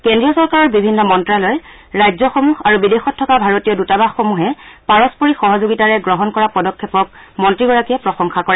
কেন্দ্ৰীয় চৰকাৰৰ বিভিন্ন মন্তালয় ৰাজ্যসমূহ আৰু বিদেশত থকা ভাৰতীয় দুতাৱাসসমূহে পাৰস্পৰিক সহযোগিতাৰে গ্ৰহণ কৰা পদক্ষেপক মন্ত্ৰীগৰাকীয়ে প্ৰশংসা কৰে